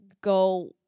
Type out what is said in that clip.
go